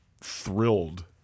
thrilled